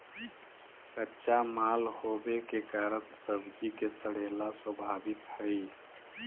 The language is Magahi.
कच्चा माल होवे के कारण सब्जि के सड़ेला स्वाभाविक हइ